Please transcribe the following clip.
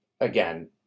again